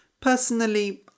Personally